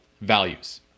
values